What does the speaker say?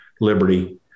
Liberty